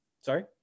sorry